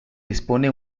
dispone